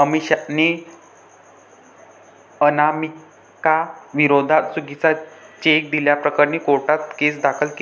अमिषाने अनामिकाविरोधात चुकीचा चेक दिल्याप्रकरणी कोर्टात केस दाखल केली